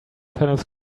fellows